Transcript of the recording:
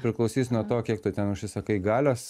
priklausys nuo to kiek tu ten užsisakai galios